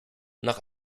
nach